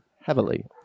heavily